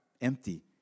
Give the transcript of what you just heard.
Empty